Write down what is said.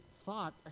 thought